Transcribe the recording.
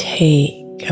take